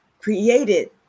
created